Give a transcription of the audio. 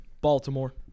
Baltimore